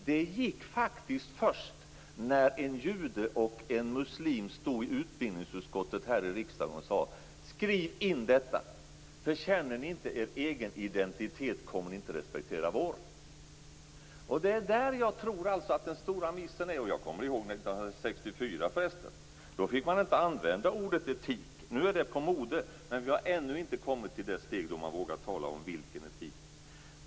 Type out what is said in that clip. Det gick faktiskt först när en jude och en muslim stod i utbildningsutskottet här i riksdagen och sade: Skriv in detta! Om ni inte känner er egen identitet kommer ni inte att respektera vår. Det är där jag tror att den stora missen är. Jag kommer ihåg att man 1964 inte fick använda ordet etik. Nu är det på modet, men vi har ännu inte kommit till det steg där man vågar tala om vilken etik det är.